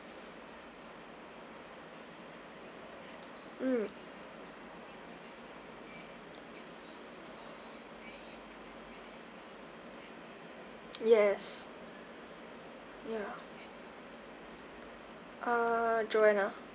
mm yes ya ah joanna